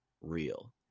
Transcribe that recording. real